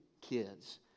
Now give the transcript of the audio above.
kids